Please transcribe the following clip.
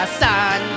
sun